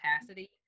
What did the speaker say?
capacity